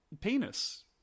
penis